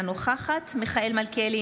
אינה נוכחת מיכאל מלכיאלי,